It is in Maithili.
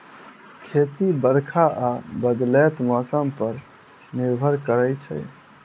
खेती बरखा आ बदलैत मौसम पर निर्भर करै छै